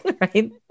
Right